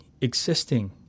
existing